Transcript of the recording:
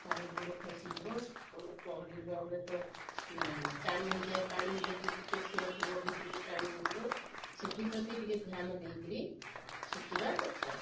କାଳେ ଗୋଡ଼ ଖସିଯିବ ପହଁରିବାବେଳେ ତ ଟାଣି ହେଇଯାଏ ପାଣି ଯଦି ଟିକିଏ ସୁଅ ଥିବ ଭିତରକୁ ଟାଣି ହେଇଯିବ ସେଥିପ୍ରତି ଟିକିଏ ଧ୍ୟାନ ଦେଇ କରି ଶିଖିବା ଦରକାର